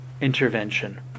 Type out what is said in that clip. intervention